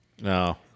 No